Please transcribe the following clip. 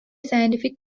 scientific